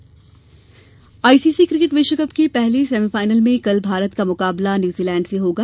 cricket ICC cricket विश्व cup के पहले सेमीफाइनल में कल भारत का मुकाबला न्यूजीलैंड से होगा